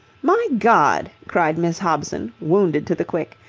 my god! cried miss hobson, wounded to the quick.